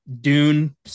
Dune